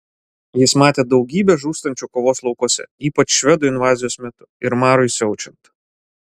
jis matė daugybę žūstančių kovų laukuose ypač švedų invazijos metu ir marui siaučiant